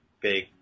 big